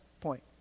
point